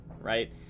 right